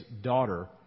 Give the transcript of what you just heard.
daughter